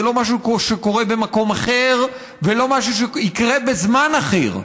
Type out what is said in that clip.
זה לא משהו שקורה במקום אחר ולא משהו שיקרה בזמן אחר.